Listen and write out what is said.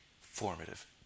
formative